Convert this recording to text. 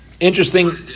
Interesting